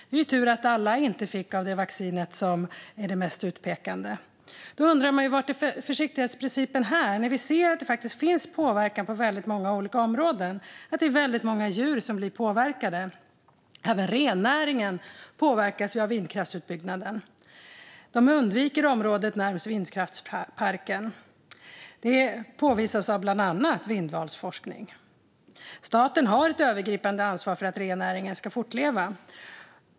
Det är tur att inte alla fick av det vaccin som är det mest utpekade. Man undrar var försiktighetsprincipen är här. Vi ser att det finns påverkan på väldigt många olika områden. Det är väldigt många djur som blir påverkade. Även rennäringen påverkas av vindkraftsutbyggnaden. Renarna undviker området närmast vindkraftsparken. Det påvisas av bland annat av Vindvals forskning. Staten har ett övergripande ansvar för att rennäringen ska fortleva.